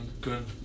good